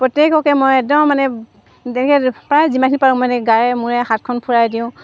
প্ৰত্যেককে মই একদম মানে তেনেকৈ প্ৰায় যিমানখিনি পাৰোঁ মানে গায়ে মূৰে হাতখন ফুৰাই দিওঁ